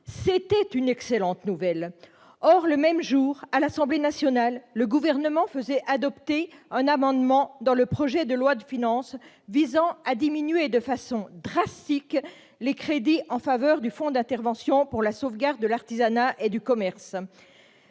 C'était une excellente nouvelle. Cependant, le même jour, à l'Assemblée nationale, le Gouvernement faisait adopter un amendement au projet de loi de finances visant à diminuer de façon drastique les crédits du FISAC, le Fonds d'intervention pour les services, l'artisanat et le commerce.